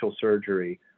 surgery